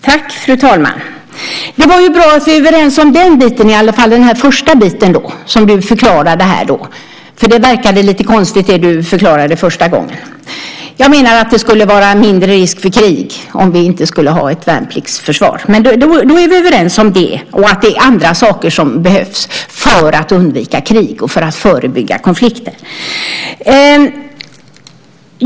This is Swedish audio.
Fru talman! Det är bra att vi är överens om den första delen som du förklarade. Det som du förklarade första gången verkade nämligen lite konstigt. Jag menar att det skulle vara mindre risk för krig om vi inte hade ett värnpliktsförsvar. Då är vi överens om det och om att det är andra saker som behövs för att undvika krig och för att förebygga konflikter.